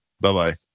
Bye-bye